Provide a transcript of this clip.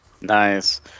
nice